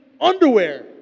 underwear